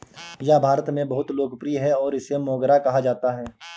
यह भारत में बहुत लोकप्रिय है और इसे मोगरा कहा जाता है